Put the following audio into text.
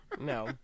No